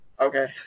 okay